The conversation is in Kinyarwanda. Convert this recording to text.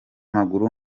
mukura